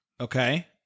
Okay